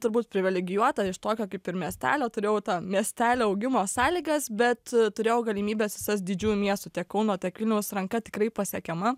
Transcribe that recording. turbūt privilegijuota iš tokio kaip ir miestelio turėjau tą miestelio augimo sąlygas bet turėjau galimybes visas didžiųjų miestų tiek kauno tiek vilniaus ranka tikrai pasiekiama